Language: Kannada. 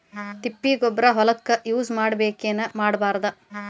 ತಿಪ್ಪಿಗೊಬ್ಬರ ಹೊಲಕ ಯೂಸ್ ಮಾಡಬೇಕೆನ್ ಮಾಡಬಾರದು?